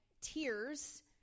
tears